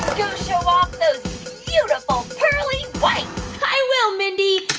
go show off those beautiful pearly whites i will, mindy.